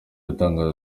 atangaza